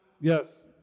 Yes